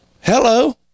Hello